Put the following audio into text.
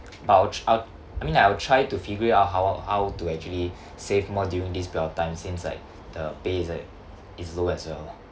but I'll tr~ I'll I mean like I'll try to figure it out how how to actually save more during this period of time since like the pay is like is low as well